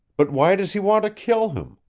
but why does he want to kill him?